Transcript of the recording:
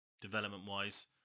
development-wise